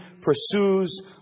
pursues